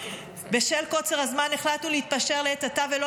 בשל קוצר הזמן החלטנו להתפשר לעת עתה ולא